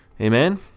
Amen